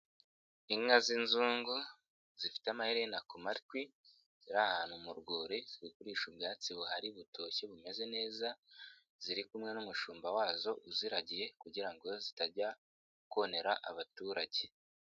lnka z'inzungu, zifite amaherena ku matwi ,ziri ahantu mu rwuri ,zirikurisha ubwatsi buhari butoshye bumeze neza, ziri kumwe n'umushumba wazo uziragiye, kugira ngo zitajya konera abaturage.